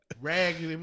Raggedy